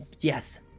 yes